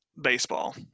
baseball